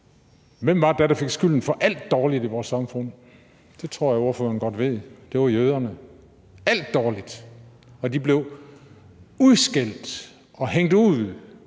Hvem var det, der fik skylden for alt dårligt i vores samfund? Det tror jeg ordføreren godt ved. Det var jøderne. Alt dårligt! Og de blev udskældt og hængt ud